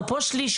או פה שליש,